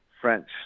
french